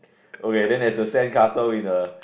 okay then there's a sand castle in the